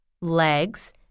Legs